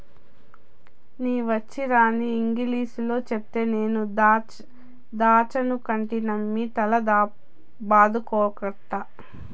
నీ వచ్చీరాని ఇంగిలీసులో చెప్తే నేను దాచ్చనుకుంటినమ్మి తల బాదుకోకట్టా